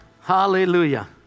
Hallelujah